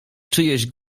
czyjeś